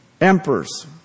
emperors